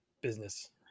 business